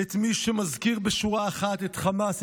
את מי שמזכיר בשורה אחת את חמאס,